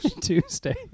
Tuesday